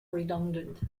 redundant